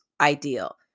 ideal